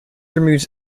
removes